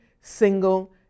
single